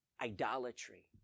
Idolatry